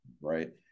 right